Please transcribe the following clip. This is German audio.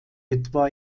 etwa